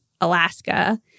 Alaska